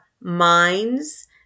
minds